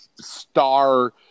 star